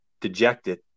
dejected